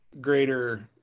greater